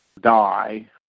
die